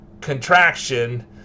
contraction